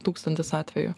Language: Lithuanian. tūkstantis atvejų